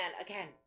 again